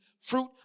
fruit